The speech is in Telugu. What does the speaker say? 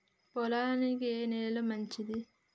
పొలానికి ఏ నేల మంచిది?